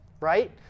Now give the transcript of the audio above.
right